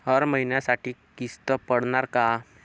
हर महिन्यासाठी किस्त पडनार का?